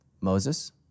Moses